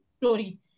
story